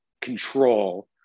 control